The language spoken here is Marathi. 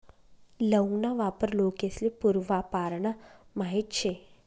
लौंग ना वापर लोकेस्ले पूर्वापारना माहित शे